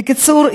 בקיצור,